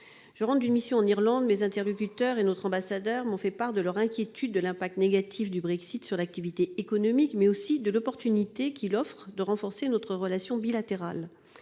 Je rentre d'une mission en Irlande. Mes interlocuteurs et notre ambassadeur m'ont fait part de leurs inquiétudes quant à l'impact négatif du Brexit sur l'activité économique, mais ils ont aussi souligné l'occasion qu'il représente de renforcer notre relation bilatérale.